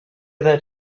that